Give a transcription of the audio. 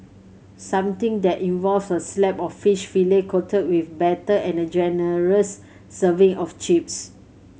something that involves a slab of fish fillet coated with batter and a generous serving of chips